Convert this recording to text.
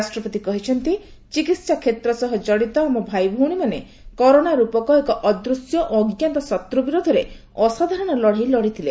ରାଷ୍ଟ୍ରପତି କହିଛନ୍ତି ଚିକିତ୍ସା କ୍ଷେତ୍ର ସହ ଜଡ଼ିତ ଆମ ଭାଇଭଉଣୀମାନେ କରୋନା ରୂପକ ଏକ ଅଦୂଶ୍ୟ ଓ ଅଜ୍ଞାତ ଶତ୍ର ବିରୋଧରେ ଅସାଧାରଣ ଲଢ଼େଇ ଲଢ଼ିଥିଲେ